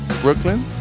Brooklyn